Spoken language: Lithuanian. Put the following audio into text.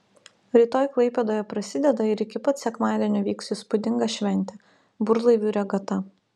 rytoj klaipėdoje prasideda ir iki pat sekmadienio vyks įspūdinga šventė burlaivių regata